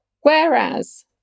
Whereas